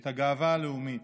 את הגאווה הלאומית,